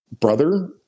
brother